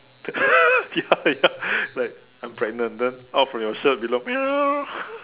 ya ya like I'm pregnant then out from your shirt below